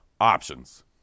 options